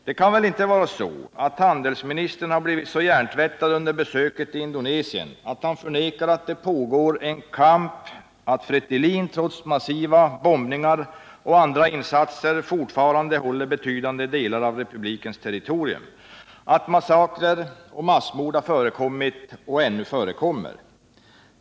Det kan väl inte vara så, att handelsministern har blivit så hjärntvättad under besöket i Indonesien att han förnekar att det pågår en kamp, att Fretilin, trots massiva bombningar och andra insatser, fortfarande håller betydande delar av republikens territorium och att massakrer och massmord har förekommit och ännu förekommer.